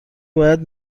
باید